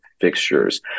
fixtures